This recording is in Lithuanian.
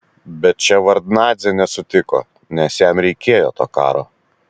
bet ševardnadzė nesutiko nes jam reikėjo to karo